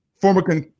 former